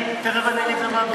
תכף אני אגיד את זה מעל הדוכן.